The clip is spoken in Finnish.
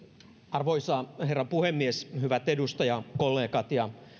arvoisa herra puhemies hyvät edustajakollegat ja